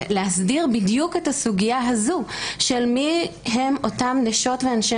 להסדיר בדיוק את הסוגיה הזאת של מי הם אותם נשות ואנשי